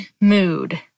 mood